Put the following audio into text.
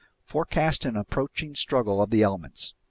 forecast an approaching struggle of the elements.